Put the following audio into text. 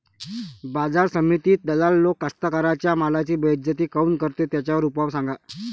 बाजार समितीत दलाल लोक कास्ताकाराच्या मालाची बेइज्जती काऊन करते? त्याच्यावर उपाव सांगा